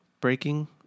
breaking